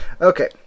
Okay